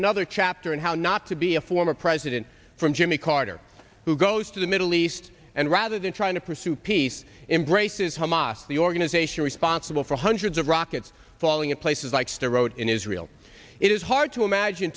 another chapter in how not to be a former president from jimmy carter who goes to the middle east and rather than trying to pursue peace embraces hamas the organization responsible for hundreds of rockets falling a place is likes the road in israel it is hard to imagine